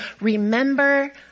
remember